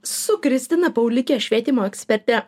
su kristina paulike švietimo eksperte